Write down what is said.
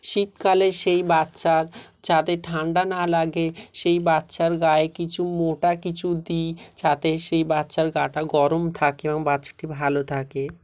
শীতকালে সেই বাচ্চার যাতে ঠান্ডা না লাগে সেই বাচ্চার গায়ে কিচু মোটা কিছু দিই যাতে সেই বাচ্চার গাটা গরম থাকে এবং বাচ্চাটি ভালো থাকে